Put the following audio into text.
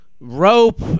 rope